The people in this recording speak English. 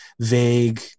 vague